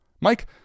Mike